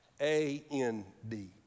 A-N-D